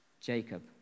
Jacob